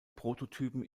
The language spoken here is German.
prototypen